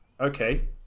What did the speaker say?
Okay